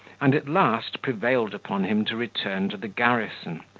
and at last prevailed upon him to return to the garrison,